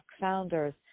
founders